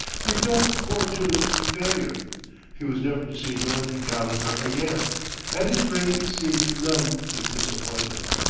he felt foredoomed to failure he was never to see dorothy calendar again and his brain seemed numb with disappointment.